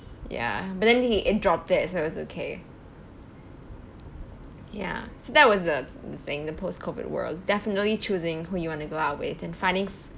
ya but then he it dropped it so it was okay ya so that was the thing the post COVID world definitely choosing who you want to go out with and finding